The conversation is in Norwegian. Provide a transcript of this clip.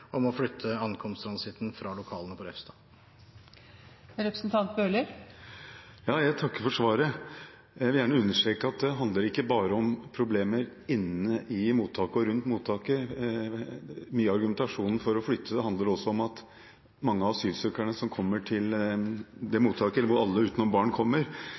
om å flytte ankomsttransitten fra lokalene på Refstad. Jeg takker for svaret. Jeg vil gjerne understreke at det handler ikke bare om problemer inne i og rundt mottaket. Mye av argumentasjonen for å flytte det handler også om at mange av asylsøkerne som kommer til dette mottaket – hvor alle utenom barn kommer